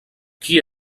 qui